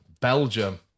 Belgium